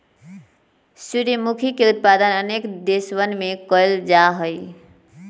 सूर्यमुखी के उत्पादन अनेक देशवन में कइल जाहई